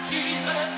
Jesus